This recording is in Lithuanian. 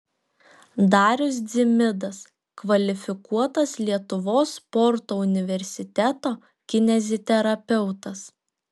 darius dzimidas kvalifikuotas lietuvos sporto universiteto kineziterapeutas